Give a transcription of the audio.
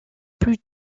plus